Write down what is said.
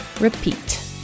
repeat